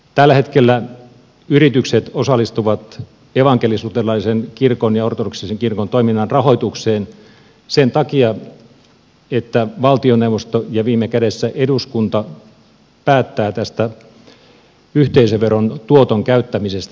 tällä hetkellä yritykset osallistuvat evankelisluterilaisen kirkon ja ortodoksisen kirkon toiminnan rahoitukseen sen takia että valtioneuvosto ja viime kädessä eduskunta päättää tästä yhteisöveron tuoton käyttämisestä